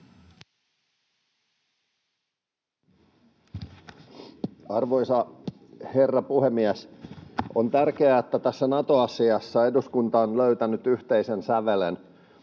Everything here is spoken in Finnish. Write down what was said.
Arvoisa herra puhemies! On tärkeää, että tässä Nato-asiassa eduskunta on löytänyt yhteisen sävelen.